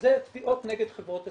וזה תביעות נגד חברות הסיגריות.